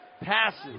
passes